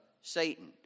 Satan